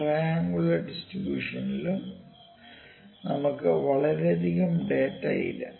triangular ഡിസ്ട്രിബൂഷനിലും നമുക്ക് വളരെയധികം ഡാറ്റ ഇല്ല